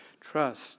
trust